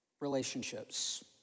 relationships